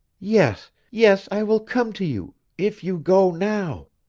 yes, yes, i will come to you if you go now.